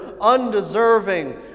undeserving